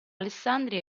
alessandria